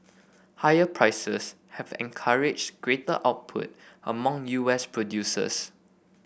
higher prices have encouraged greater output among U S producers